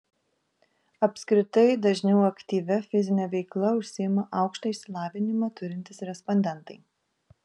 apskritai dažniau aktyvia fizine veikla užsiima aukštąjį išsilavinimą turintys respondentai